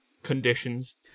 Conditions